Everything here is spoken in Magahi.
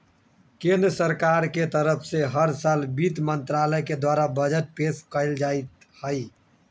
केन्द्र सरकार के तरफ से हर साल वित्त मन्त्रालय के द्वारा बजट पेश कइल जाईत हई